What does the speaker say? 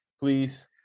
please